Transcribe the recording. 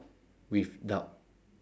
rebelled